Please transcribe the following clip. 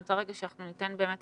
אני רוצה שניתן את